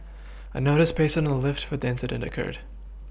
a notice pasted on the lift when the incident occurred